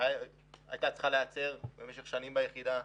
מסורת שהייתה צריכה להיעצר במשך שנים ביחידה.